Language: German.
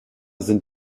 sind